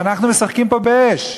ואנחנו משחקים פה באש.